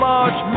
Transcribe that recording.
March